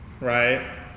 right